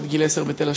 עד גיל עשר בתל-השומר,